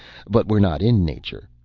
but we're not in nature,